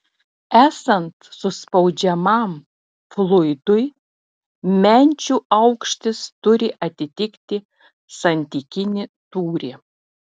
esant suspaudžiamam fluidui menčių aukštis turi atitikti santykinį tūrį